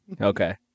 Okay